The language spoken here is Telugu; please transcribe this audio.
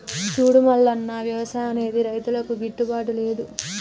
సూడు మల్లన్న, వ్యవసాయం అన్నది రైతులకు గిట్టుబాటు లేదు